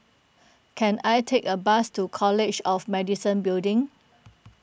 can I take a bus to College of Medicine Building